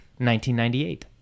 1998